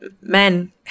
men